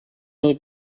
need